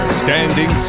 standing